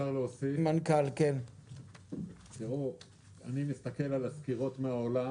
אני מסתכל על הסקירות מן העולם